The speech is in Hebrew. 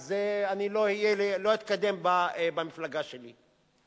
אז אני לא אתקדם במפלגה שלי.